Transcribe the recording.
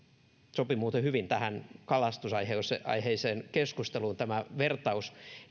sopii muuten hyvin tähän kalastusaiheiseen keskusteluun tämä vertaus